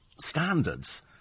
standards